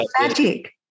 magic